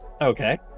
Okay